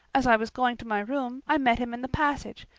as i was going to my room, i met him in the passage,